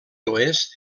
oest